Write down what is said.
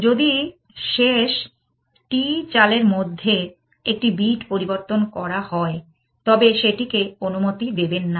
যদি শেষ t চালের মধ্যে একটি বিট পরিবর্তন করা হয় তবে সেটিকে অনুমতি দেবেন না